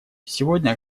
сегодня